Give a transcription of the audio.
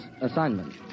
assignment